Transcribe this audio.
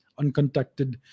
uncontacted